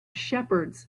shepherds